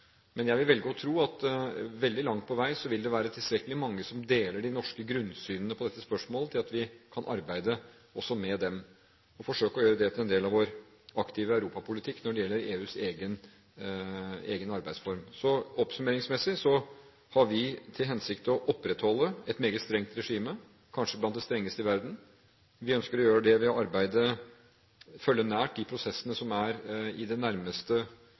Men jeg vil velge å tro at veldig langt på vei vil det være tilstrekkelig mange som deler det norske grunnsynet på dette spørsmålet, til at vi kan arbeide også med dem og forsøke å gjøre det til en del av vår aktive europapolitikk når det gjelder EUs egen arbeidsform. Oppsummeringsmessig har vi til hensikt å opprettholde et meget strengt regime, kanskje blant de strengeste i verden. Vi ønsker å gjøre det ved å følge de prosessene som er i det nærmeste